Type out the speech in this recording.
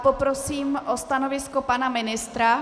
Poprosím o stanovisko pana ministra.